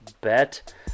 bet